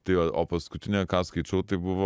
tai o paskutinė ką skaičiau tai buvo